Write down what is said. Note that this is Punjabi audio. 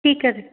ਠੀਕ ਹੈ ਜੀ